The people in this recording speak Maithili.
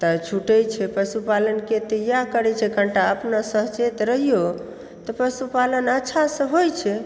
तऽ छूटै छै पशुपालनके तऽ इएह करैत छै कनिटा अपनो सचेत रहिऔ तऽ पशुपालन अच्छासँ होयत छै